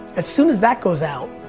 as soon as that goes out,